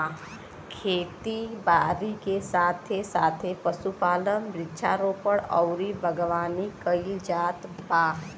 खेती बारी के साथे साथे पशुपालन, वृक्षारोपण अउरी बागवानी कईल जात बा